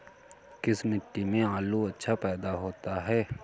किस मिट्टी में आलू अच्छा पैदा होता है?